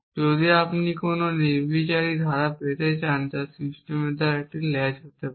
যদি আপনি কোন নির্বিচারী ধারা পেতে চান যা সিস্টেমের দ্বারা একটি লেজ হতে পারে